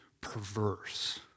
perverse